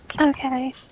Okay